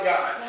God